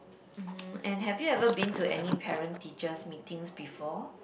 mm and have you ever been to any parent teachers Meetings before